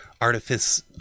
artifice